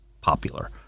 popular